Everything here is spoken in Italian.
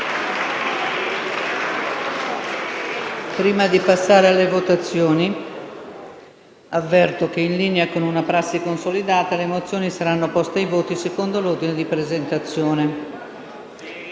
Prima di passare alla votazione, avverto che, in linea con una prassi consolidata, le mozioni saranno poste ai voti secondo l'ordine di presentazione.